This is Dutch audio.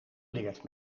leert